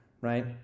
right